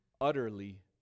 utterly